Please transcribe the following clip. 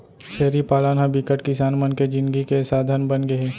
छेरी पालन ह बिकट किसान मन के जिनगी के साधन बनगे हे